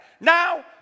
Now